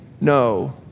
no